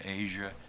Asia